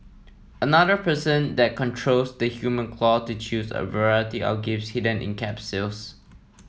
another person then controls the human claw to choose a variety of gifts hidden in capsules